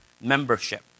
membership